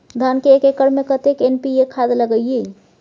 धान के एक एकर में कतेक एन.पी.ए खाद लगे इ?